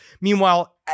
Meanwhile